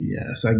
Yes